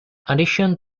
addition